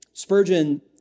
Spurgeon